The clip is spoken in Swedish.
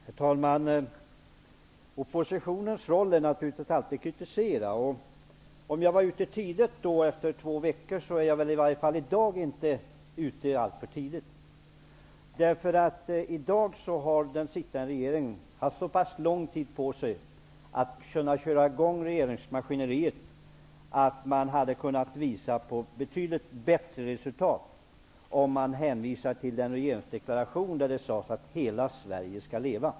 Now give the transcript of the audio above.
Herr talman! Oppositionens roll är naturligtvis alltid att kritisera. Om det ansågs att jag var ute för tidigt efter två veckor, är jag i alla fall i dag inte ute alltför tidigt. I dag har den sittande regeringen haft så pass lång tid på sig att köra i gång regeringsmaskineriet att den hade kunnat visa upp betydligt bättre resultat. I regeringsdeklarationen sades att hela Sverige skall leva.